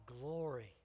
glory